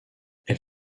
elle